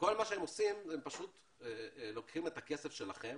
שכל מה שהם עושים זה לקחת את הכסף שלכם